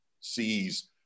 sees